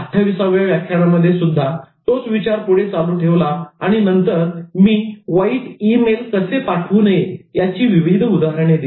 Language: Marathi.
28 व्या व्याख्यानांमध्ये सुद्धा तोच विचार पुढे चालू ठेवला आणि नंतर मी वाईट ई मेल कसे पाठवू नये याची विविध उदाहरणे दिली